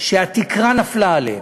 שהתקרה נפלה עליהם.